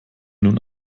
nun